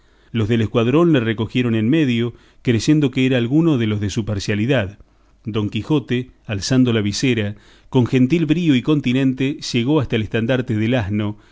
los del escuadrón le recogieron en medio creyendo que era alguno de los de su parcialidad don quijote alzando la visera con gentil brío y continente llegó hasta el estandarte del asno y